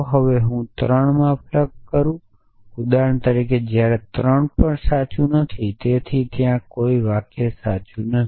હવે જો હું 3 માં પ્લગઈન કરું ઉદાહરણ તરીકે જ્યારે 3 પણ સાચું નથી તેથી ત્યાં વાક્ય સાચું નથી